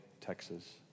Texas